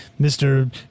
Mr